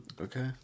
Okay